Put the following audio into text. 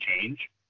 change